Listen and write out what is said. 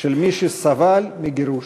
של מי שסבל מגירוש,